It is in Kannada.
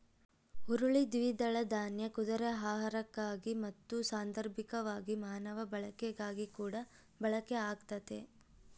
ಹುರುಳಿ ದ್ವಿದಳ ದಾನ್ಯ ಕುದುರೆ ಆಹಾರಕ್ಕಾಗಿ ಮತ್ತು ಸಾಂದರ್ಭಿಕವಾಗಿ ಮಾನವ ಬಳಕೆಗಾಗಿಕೂಡ ಬಳಕೆ ಆಗ್ತತೆ